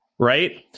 right